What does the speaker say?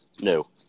no